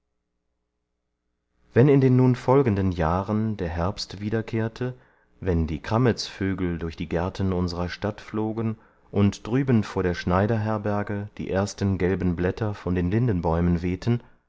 wenn in den nun folgenden jahren der herbst wiederkehrte wenn die krammetsvögel durch die gärten unserer stadt flogen und drüben vor der schneiderherberge die ersten gelben blätter von den lindenbäumen wehten